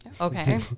Okay